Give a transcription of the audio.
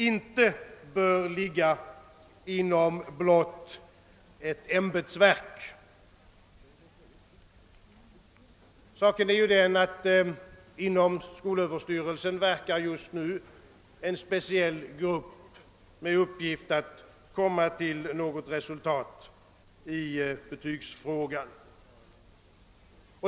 — inte bör ligga inom blott ett ämbetsverk. Inom skolöverstyrelsen verkar just nu en speciell grupp med uppgift att korama till något resultat i betygsfrågan.